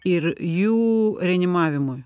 ir jų reanimavimui